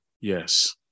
Yes